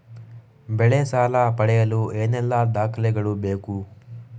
ಬೆಳೆ ಸಾಲ ಪಡೆಯಲು ಏನೆಲ್ಲಾ ದಾಖಲೆಗಳು ಬೇಕು?